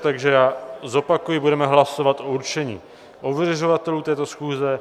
Takže já zopakuji, budeme hlasovat o určení ověřovatelů této schůze.